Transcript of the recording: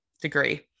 degree